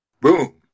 Boom